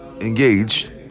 engaged